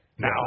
Now